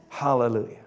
Hallelujah